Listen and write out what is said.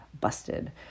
busted